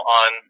on